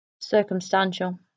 Circumstantial